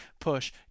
push